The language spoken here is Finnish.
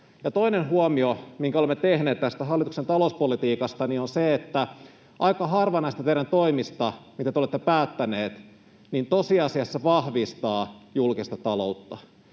Toinen huomio, minkä olemme tehneet tästä hallituksen talouspolitiikasta, on se, että aika harva näistä teidän toimistanne, mitä te olette päättäneet, tosiasiassa vahvistaa julkista taloutta.